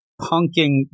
punking